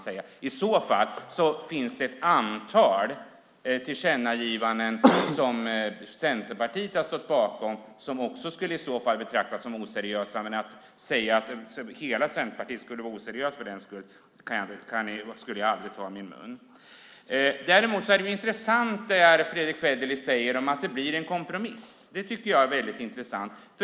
Det finns ett antal tillkännagivanden som Centerpartiet har stått bakom som i så fall också skulle betraktas som oseriösa. Men jag skulle därför aldrig säga att hela Centerpartiet är oseriöst. Däremot är det som Fredrick Federley säger om att det blir en kompromiss väldigt intressant.